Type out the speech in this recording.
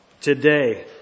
Today